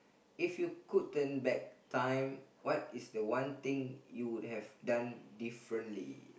if you could turn back time what is the one thing you would have done differently